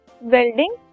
welding